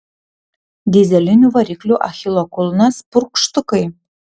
dyzelinių variklių achilo kulnas purkštukai